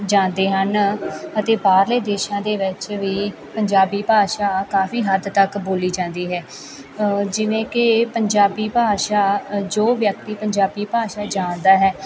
ਜਾਂਦੇ ਹਨ ਅਤੇ ਬਾਹਰਲੇ ਦੇਸ਼ਾਂ ਦੇ ਵਿੱਚ ਵੀ ਪੰਜਾਬੀ ਭਾਸ਼ਾ ਕਾਫੀ ਹੱਦ ਤੱਕ ਬੋਲੀ ਜਾਂਦੀ ਹੈ ਜਿਵੇਂ ਕਿ ਪੰਜਾਬੀ ਭਾਸ਼ਾ ਜੋ ਵਿਅਕਤੀ ਪੰਜਾਬੀ ਭਾਸ਼ਾ ਜਾਣਦਾ ਹੈ